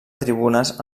tribunes